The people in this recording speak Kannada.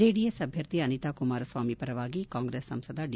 ಜೆಡಿ ಎಸ್ ಅಭ್ಯರ್ಥಿ ಅನಿತಾ ಕುಮಾರ ಸ್ವಾಮಿ ಪರವಾಗಿ ಕಾಂಗ್ರಸ್ ಸಂಸದ ಡಿ